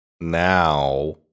now